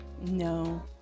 No